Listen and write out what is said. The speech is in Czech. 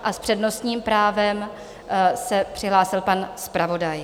S přednostním právem se přihlásil pan zpravodaj.